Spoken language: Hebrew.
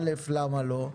א', למה לא?